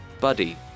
Buddy